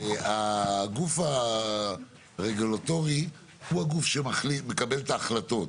הגוף הרגולטורי הוא הגוף שמקבל את ההחלטות,